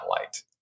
light